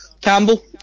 Campbell